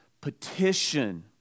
petition